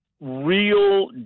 real